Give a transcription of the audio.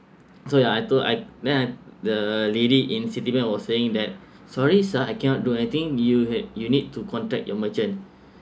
so ya I told I then I the lady in citibank was saying that sorry sir I cannot do anything you have you need to contact your merchant